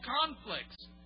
conflicts